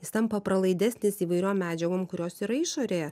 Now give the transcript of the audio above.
jis tampa pralaidesnis įvairiom medžiagom kurios yra išorėje